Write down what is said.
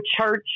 church